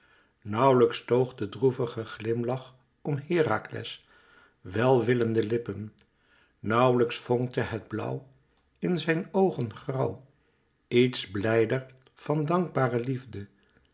nauwlijks toog de droevige glimlach om herakles welwillende lippen nauwlijks vonkte het blauw in zijn oogengrauw iets blijder van dankbare liefde